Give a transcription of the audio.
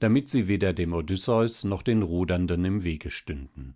damit sie weder dem odysseus noch den rudernden im wege stünden